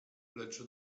lecz